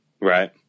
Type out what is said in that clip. right